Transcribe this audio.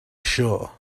sure